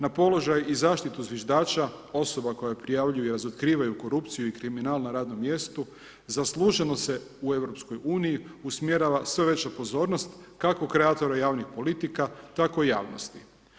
Na položaj i zaštitu zviždača osoba koja prijavljuje razotkrivaju korupciju i kriminal na radnom mjestu zasluženo se u EU usmjerava sve veća pozornost kako kreatora javnih politika tako i javnosti.